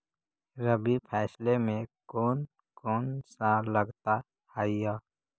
रबी फैसले मे कोन कोन सा लगता हाइय?